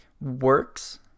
works